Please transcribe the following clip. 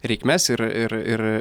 reikmes ir ir ir